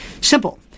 simple